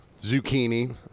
Zucchini